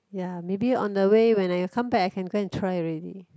ya maybe on the way when I come back I can go and try already